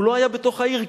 הוא לא היה בתוך העיר,